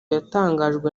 yatangajwe